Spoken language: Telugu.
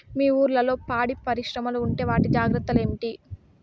మీ ఊర్లలో పాడి పరిశ్రమలు ఉంటే వాటి జాగ్రత్తలు ఏమిటి